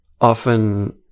often